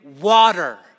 water